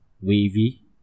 wavy